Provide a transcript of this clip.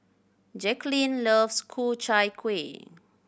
Jacqulyn loves Ku Chai Kueh